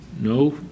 no